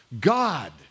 God